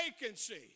vacancy